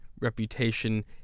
reputation